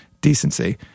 decency